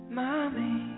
mommy